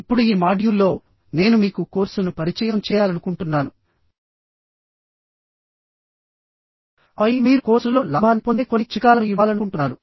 ఇప్పుడు ఈ మాడ్యూల్లోనేను మీకు కోర్సును పరిచయం చేయాలనుకుంటున్నానుఆపై మీరు కోర్సు నుండి మీ లాభాన్ని ఎలా పెంచుకోవాలో కొన్ని చిట్కాలను ఇవ్వాలనుకుంటున్నాను